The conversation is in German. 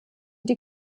die